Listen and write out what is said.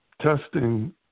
testing